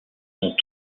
sont